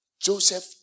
Joseph